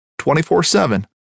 24-7